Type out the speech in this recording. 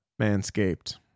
Manscaped